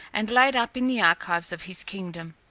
and laid up in the archives of his kingdom.